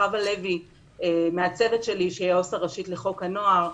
עם חוה לוי מהצוות שלי שהיא עו"ס ראשית לחוק הנוער,